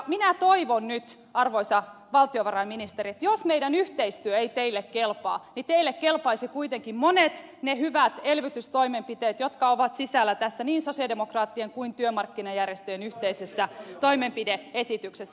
minä toivon nyt arvoisa valtiovarainministeri että jos meidän yhteistyömme ei teille kelpaa niin teille kelpaisivat kuitenkin ne monet hyvät elvytystoimenpiteet jotka ovat sisällä tässä niin sosialidemokraattien kuin työmarkkinajärjestöjen yhteisessä toimenpide esityksessä